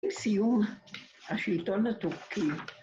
‫לסיום, השלטון הטורקי